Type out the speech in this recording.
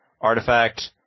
artifact